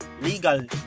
legal